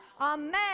Amen